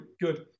good